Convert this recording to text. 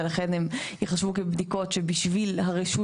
ולכן הן יחשבו כבדיקות שבשביל הרשות